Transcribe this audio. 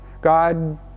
God